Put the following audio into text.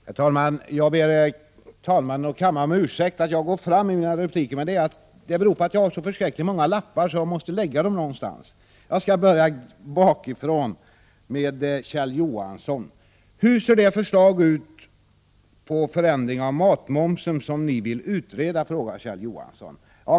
Herr talman! Jag ber talmannen och kammaren om ursäkt för att jag går fram till talarstolen för mina repliker, men det beror på att jag har så många lappar att jag måste lägga dem någonstans. Jag skall börja bakifrån, med Kjell Johansson. Hur ser det förslag om förändring av matmomsen ut som ni vill utreda? frågar Kjell Johansson.